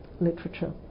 literature